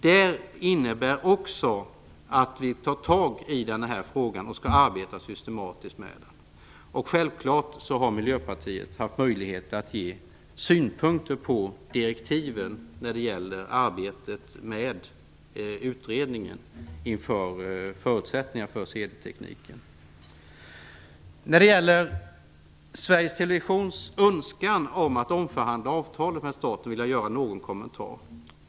Det innebär också att vi tar tag i denna fråga och skall arbeta systematiskt med den. Självklart har Miljöpartiet haft möjlighet att ge synpunkter på direktiven när det gäller arbetet med utredningen inför förutsättningarna för CD-tekniken. När det gäller Sveriges Televisions önskan att omförhandla avtalet med staten vill jag göra någon kommentar.